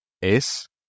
es